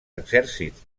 exèrcits